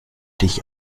dich